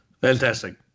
Fantastic